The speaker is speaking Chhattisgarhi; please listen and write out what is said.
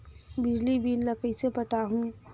बिजली बिल ल कइसे पटाहूं?